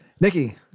nikki